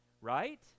right